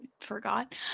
forgot